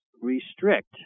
restrict